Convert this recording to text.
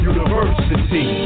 University